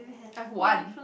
Ah-Huan